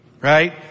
Right